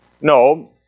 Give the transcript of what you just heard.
No